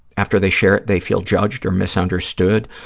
after they share it, they feel judged or misunderstood,